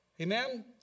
Amen